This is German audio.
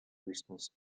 höchstens